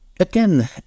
Again